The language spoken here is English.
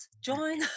join